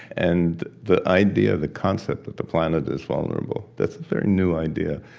and the idea, the concept that the planet is vulnerable, that's a very new idea,